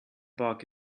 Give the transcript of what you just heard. bug